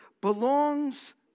belongs